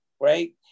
right